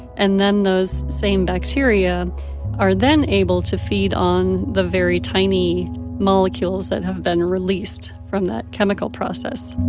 and then those same bacteria are then able to feed on the very tiny molecules that have been released from that chemical process